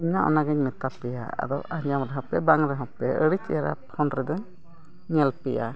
ᱤᱧ ᱦᱚᱸ ᱚᱱᱟ ᱜᱮᱧ ᱢᱮᱛᱟ ᱯᱮᱭᱟ ᱟᱫᱚ ᱟᱨ ᱧᱟᱢ ᱨᱮ ᱦᱚᱸ ᱯᱮ ᱵᱟᱝ ᱨᱮ ᱦᱚᱸ ᱯᱮ ᱟᱹᱰᱤ ᱪᱮᱦᱨᱟ ᱯᱷᱳᱱ ᱨᱮᱫᱚᱧ ᱧᱮᱞ ᱯᱮᱭᱟ